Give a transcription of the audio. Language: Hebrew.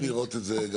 אז תנסו לראות את זה.